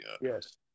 Yes